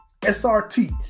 SRT